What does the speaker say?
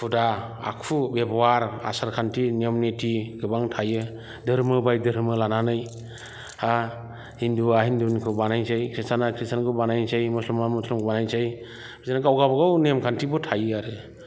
हुदा आखु बेब'हार आसार खान्थि नियम निथि गोबां थायो धोरमो बायदि धोरमो लानानै हिन्दुआ हिन्दुनिखौ बानायनोसै ख्रिस्ताना ख्रिस्ताननिखौ बानायनोसै मुस्लिमा मुस्लिमनिखौ बानायनोसै बिदिनो गाव गाबावगाव नेम खान्थिफोर थायो आरो